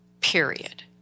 Period